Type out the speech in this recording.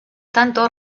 tanto